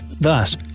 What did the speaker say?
Thus